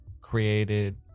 created